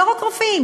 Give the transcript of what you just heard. לא רק רופאים,